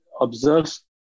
observes